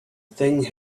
thing